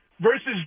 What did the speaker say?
versus